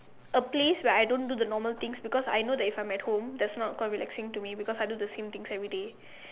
a place where I don't do the normal things because I know that if I'm at home that's not called relaxing to me because I do the same things everyday